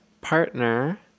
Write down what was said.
partner